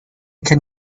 can